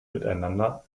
miteinander